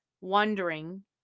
wondering